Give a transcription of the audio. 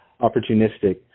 opportunistic